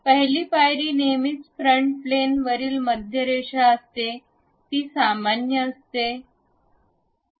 पहिली पायरी नेहमीच फ्रंट प्लेन वरील मध्य रेषा असते ती सामान्य असते